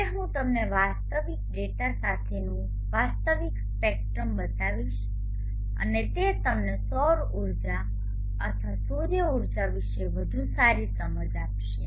હવે હું તમને વાસ્તવિક ડેટા સાથેનું વાસ્તવિક સ્પેક્ટ્રમ બતાવીશ અને તે તમને સૌર ઊર્જા અથવા સૂર્ય ઊર્જા વિશે વધુ સારી સમજ આપશે